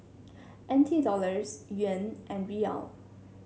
N T Dollars Yuan and Riyal